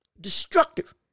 Destructive